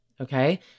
Okay